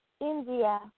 India